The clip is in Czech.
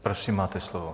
Prosím, máte slovo.